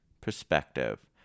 perspective